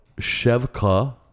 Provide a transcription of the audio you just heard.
Shevka